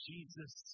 Jesus